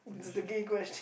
oh this is